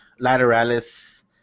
lateralis